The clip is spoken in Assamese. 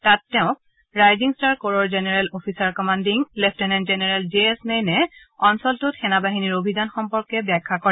তাত তেওঁক ৰাইজিং ষ্টাৰ কৰৰ general officer commanding lieutenant general J S Nain অঞ্চলটোত সেনা বাহিনীৰ অভিযান সম্পৰ্কে ব্যাখ্যা কৰে